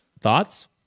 thoughts